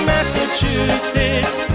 Massachusetts